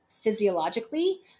physiologically